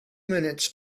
minutes